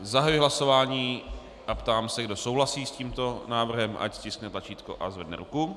Zahajuji hlasování a ptám se, kdo souhlasí s tímto návrhem, ať stiskne tlačítko a zvedne ruku.